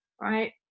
Right